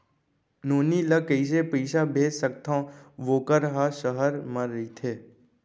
नोनी ल कइसे पइसा भेज सकथव वोकर ह सहर म रइथे?